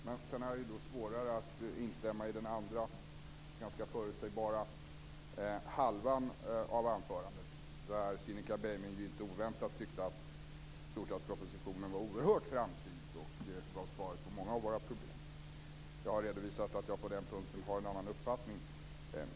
Sedan har jag svårare att instämma i den andra, ganska förutsägbara, halvan av anförandet där Cinnika Beiming, inte oväntat, menar att storstadspropositionen är oerhört framsynt och att den ger svar på många av våra problem. Jag har redovisat att jag på den punkten har en annan uppfattning.